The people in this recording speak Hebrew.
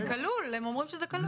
הם אומרים שזה כלול.